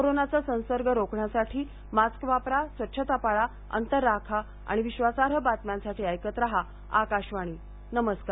कोरोनाचा संसर्ग रोखण्यासाठी मास्क वापरा स्वच्छता पाळा अंतर राखा आणि विश्वासार्ह बातम्यांसाठी ऐकत रहा आकाशवाणी नमस्कार